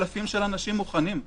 אלפי אנשים מוכנים.